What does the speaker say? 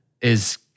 Is-